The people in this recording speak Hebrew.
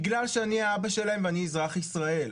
בגלל שאני אבא שלהם ואני אזרח ישראל.